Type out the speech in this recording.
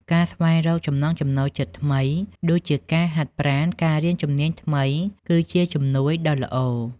ការស្វែងរកចំណង់ចំណូលចិត្តថ្មី ដូចជាការហាត់ប្រាណ ការរៀនជំនាញថ្មីគឺជាជំនួយដ៏ល្អ។